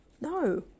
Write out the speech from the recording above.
no